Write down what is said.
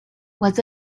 was